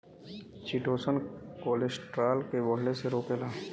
chitosan cholesterol के बढ़ले से रोकेला